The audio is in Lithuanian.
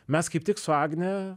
mes kaip tik su agne